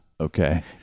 Okay